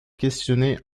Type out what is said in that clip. questionnait